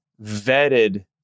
vetted